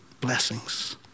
blessings